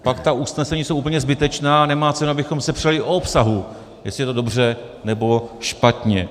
Pak ta usnesení jsou úplně zbytečná a nemá cenu, abychom se přeli o obsahu, jestli je to dobře, nebo špatně.